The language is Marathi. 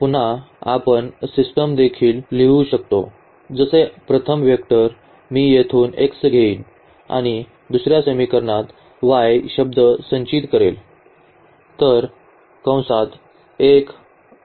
म्हणून आपण सिस्टम देखील लिहू शकतो जसे प्रथम वेक्टर मी येथून x घेईल आणि दुसर्या समीकरणात y शब्द संचित करेल